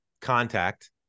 contact